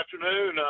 afternoon